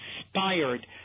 inspired